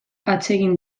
atsegin